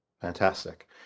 fantastic